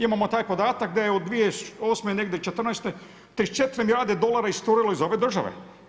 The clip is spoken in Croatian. Imamo taj podatak da je od 2008., negdje '14. 34 milijarde dolara iscurilo iz ove države.